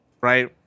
Right